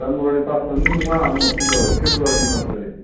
जानुवारिनि फास मोननाय नङा आंना बुहुल जाबाय फेब्रुवारिनि फास थारिख